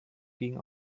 ging